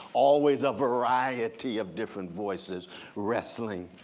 always a variety of different voices wrestling,